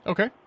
Okay